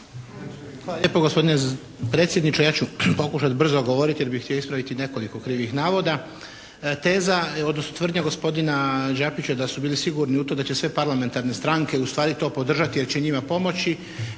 Hvala gospodine predsjedniče. Ja ću pokušat brzo govorit jer bih htio ispraviti nekoliko krivih navoda. Teza odnosno tvrdnja gospodina Đapića da su bili sigurni u to da će sve parlamentarne stranke u stvari to podržati jer će njima pomoći,